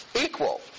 equal